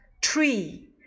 Tree